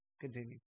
Continue